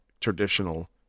traditional